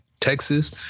Texas